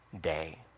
day